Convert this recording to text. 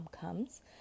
comes